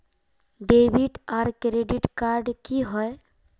Debit आर credit card की होय?